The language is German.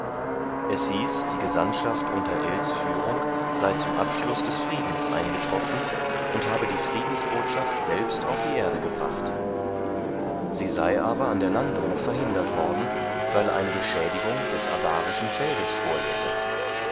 es hieß die gesandtschaft unter ells führung sei zum abschluß des friedens eingetroffen und habe die friedensbotschaft selbst auf die erde gebracht sie sei aber an der landung verhindert worden weil eine beschädigung des abarischen feldes vorläge